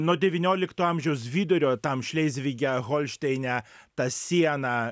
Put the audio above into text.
nuo devyniolikto amžiaus vidurio tam šlezvige holšteine ta siena